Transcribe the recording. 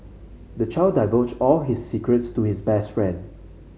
the child divulged all his secrets to his best friend